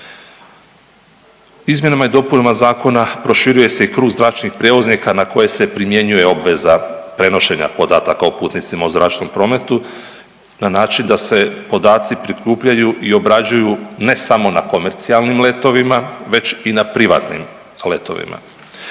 Izmjenama i dopunama zakona proširuje se i krug zračnih prijevoznika na koje se primjenjuje obveza prenošenja podataka o putnicima u zračnom prometu na način da se podaci prikupljaju i obrađuju, ne samo na komercijalnim letovima, već i na privatnim letovima.